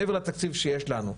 מעבר לתקציב שיש לנו.